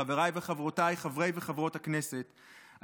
חבריי וחברותיי חברי וחברות הכנסת,